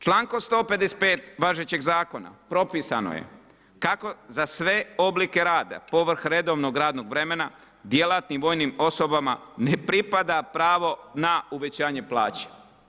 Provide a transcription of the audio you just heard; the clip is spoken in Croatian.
Člankom 155. važećeg zakona propisano je kako za sve oblike rada povrh redovnog radnog vremena djelatnim vojnim osobama ne pripada pravo na uvećanje plaće.